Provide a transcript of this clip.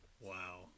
Wow